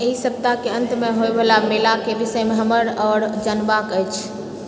एहि सप्ताहके अंतमे होइ वला मेलाके विषयमे हमरा आओर जानबाक अछि